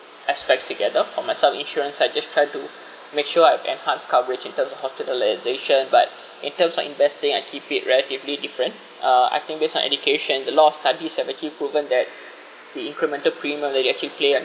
aspects together for myself insurance I just try to make sure I've enhanced coverage in terms of hospitalisation but in terms of investing I keep it relatively different uh I think based on education the law of studies have actually proven that the incremental premium that you actually play on